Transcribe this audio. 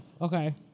okay